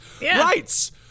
rights